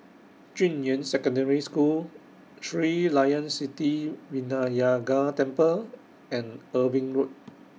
Junyuan Secondary School Sri Layan Sithi Vinayagar Temple and Irving Road